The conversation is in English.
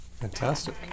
Fantastic